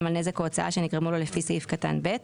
על נזק או הוצאה שנגרמו לו לפי סעיף קטן (ב).